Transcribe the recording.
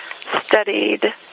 studied